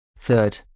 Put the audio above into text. Third